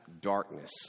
darkness